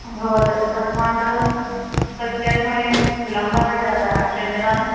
अभवत् तस्मात् प्रत्यर्पणे विलम्बः जातः क्षम्यतां